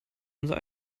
unser